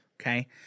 okay